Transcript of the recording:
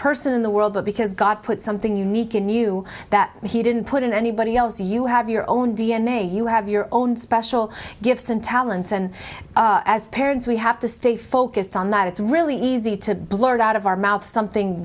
person in the world but because god put something unique in new that he didn't put in anybody else you have your own d n a you have your own special gifts and talents and as parents we have to stay focused on that it's really easy to blurt out of our mouth something